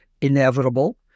inevitable